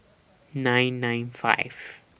nine nine five